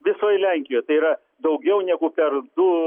visoj lenkijoj tai yra daugiau negu per du